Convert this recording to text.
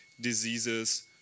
diseases